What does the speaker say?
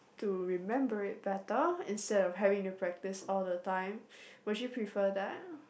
to remember it better instead of having to practice all the time would you prefer that